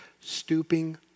stooping